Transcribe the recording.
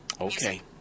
Okay